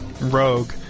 rogue